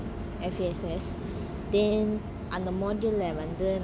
F_A_S_S then அந்த:antha module lah வந்து:vanthu